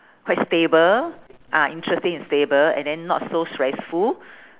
quite stable ah interesting and stable and then not so stressful